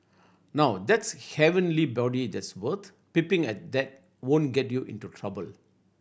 now that's heavenly body that's worth peeping at that won't get you into trouble